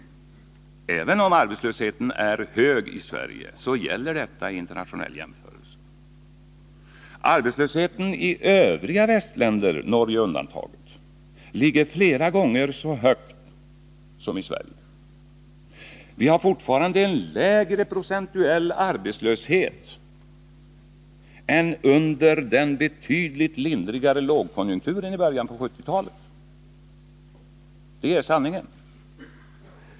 Även om arbetslösheten är hög i Sverige, är den låg i internationell jämförelse. Arbetslösheten i övriga västländer, Norge undantaget, ligger flera gånger så högt som i Sverige. Vi har fortfarande en lägre procentuell arbetslöshet än under den betydligt lindrigare lågkonjunkturen i början på 1970-talet. Det är sanningen.